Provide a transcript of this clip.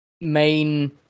main